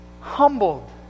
humbled